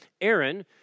Aaron